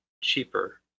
cheaper